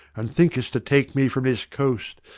and thinkest to take me from this coast,